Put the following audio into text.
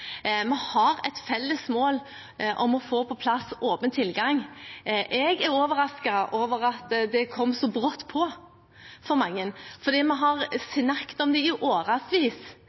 Vi har et felles mål om å få på plass åpen tilgang. Jeg er overrasket over at det kom så brått på så mange, for vi har snakket om det i